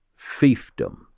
fiefdom